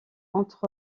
entre